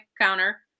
counter